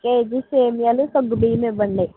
KG సేమియాలు సగ్గు బియ్యం ఇవ్వండి